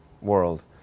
world